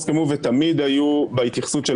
וגם לגבי העניין הראשון שהעליתי לגבי התאגידים.